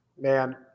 Man